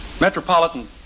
Metropolitan